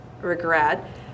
regret